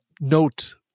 note